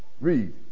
Read